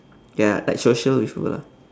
ya like social with who lah